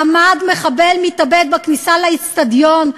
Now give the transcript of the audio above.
עמד מחבל מתאבד בכניסה לאצטדיון,